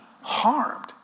harmed